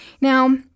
Now